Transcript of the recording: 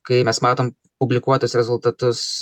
kai mes matom publikuotus rezultatus